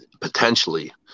Potentially